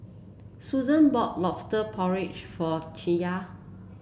Susann bought lobster porridge for Chaya